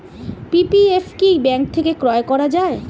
PPF কি bank থেকে ক্রয় করা যায়?